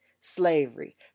slavery